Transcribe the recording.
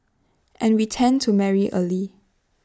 and we tend to marry early